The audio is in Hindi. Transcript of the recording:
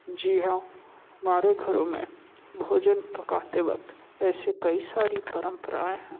जी हां हमारे घरों में भोजन पकाते वक्त ऐसी कई सारी परम्पराएं हैं